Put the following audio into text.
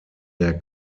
der